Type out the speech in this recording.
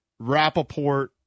Rappaport